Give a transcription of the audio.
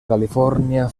califòrnia